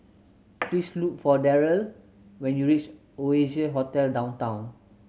please look for Darryle when you reach Oasia Hotel Downtown